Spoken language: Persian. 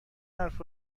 حرف